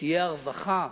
שתהיה הרווחה.